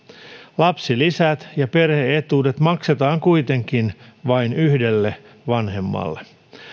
lapsilisät ja perhe etuudet maksetaan kuitenkin vain yhdelle vanhemmalle